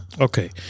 Okay